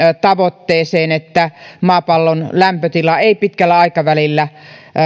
tavoitteeseen että maapallon lämpötila ei pitkällä aikavälillä